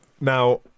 Now